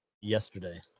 yesterday